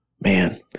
man